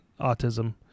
autism